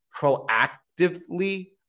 proactively